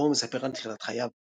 שבו הוא מספר על תחילת חייו.